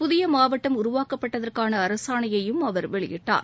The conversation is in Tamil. புதிய மாவட்டம் உருவாக்கப்பட்டதற்கான அரசாணையையும் அவர் வெளியிட்டார்